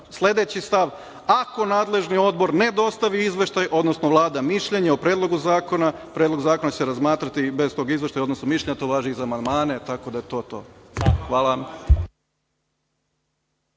17.30Sledeći stav - ako nadležni odbor ne dostavi izveštaj, odnosno vlada mišljenje o predlogu zakona, predlog zakona će se razmatrati i bez tog izveštaja, odnosno mišljenja. To važi i za amandmane. Tako da je to to. Hvala.